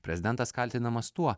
prezidentas kaltinamas tuo